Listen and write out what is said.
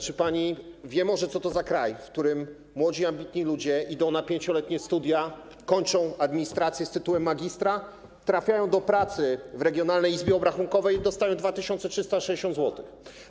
Czy pani wie może, co to za kraj, w którym młodzi, ambitni ludzie idą na 5-letnie studia, kończą administrację z tytułem magistra, trafiają do pracy w regionalnej izbie obrachunkowej i dostają 2360 zł?